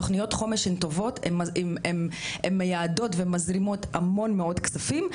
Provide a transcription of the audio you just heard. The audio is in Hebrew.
תוכניות חומש טובות הן מייעדות ומזרימות המון כספים,